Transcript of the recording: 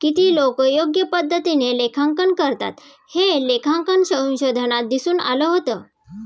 किती लोकं योग्य पद्धतीने लेखांकन करतात, हे लेखांकन संशोधनात दिसून आलं होतं